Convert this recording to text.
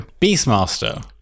beastmaster